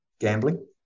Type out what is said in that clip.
gambling